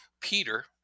Peter